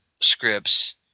scripts